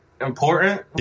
important